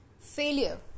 Failure